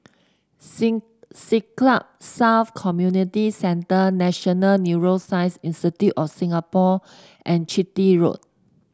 Sing Siglap South Community Centre National Neuroscience Institute of Singapore and Chitty Road